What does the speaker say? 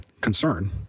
concern